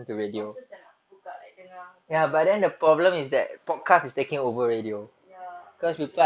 also saya nak buka like dengar semua semua ya that's true